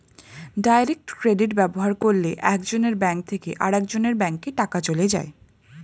direct credit ব্যবহার করলে একজনের ব্যাঙ্ক থেকে আরেকজনের ব্যাঙ্কে টাকা চলে যায়